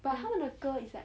but 她的歌 is like